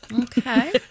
Okay